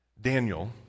Daniel